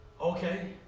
Okay